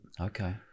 Okay